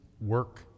work